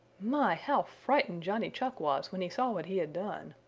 my, how frightened johnny chuck was when he saw what he had done!